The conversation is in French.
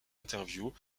interview